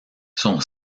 son